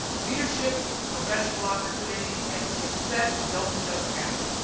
leadership, professional opportunities, and success don't just happen,